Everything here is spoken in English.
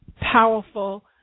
powerful